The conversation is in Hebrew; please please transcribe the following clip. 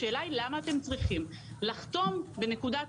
השאלה היא למה אתם צריכים לחתום בנקודת